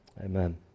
Amen